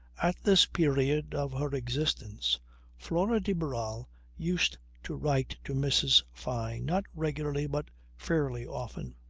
at this period of her existence flora de barral used to write to mrs. fyne not regularly but fairly often.